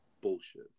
Bullshit